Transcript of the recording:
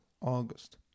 August